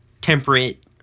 temperate